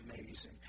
amazing